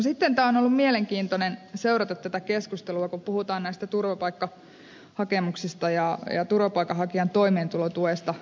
sitten on ollut mielenkiintoista seurata tätä keskustelua kun puhutaan näistä turvapaikkahakemuksista ja turvapaikanhakijan toimeentulotuesta